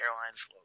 Airlines